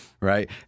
right